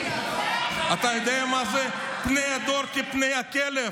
אתה יודע מה זה פני הדור כפני הכלב?